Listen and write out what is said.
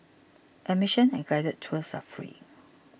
admission and guided tours are free